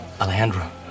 Alejandro